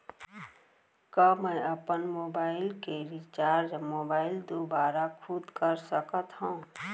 का मैं अपन मोबाइल के रिचार्ज मोबाइल दुवारा खुद कर सकत हव?